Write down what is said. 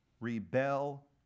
rebel